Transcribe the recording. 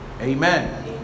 Amen